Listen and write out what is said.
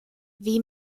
wie